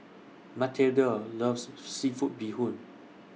Matilde loves Seafood Bee Hoon